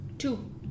Two